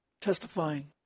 testifying